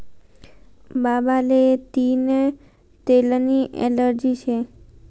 बाबाले तियीना तेलनी ॲलर्जी शे